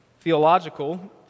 theological